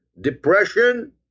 Depression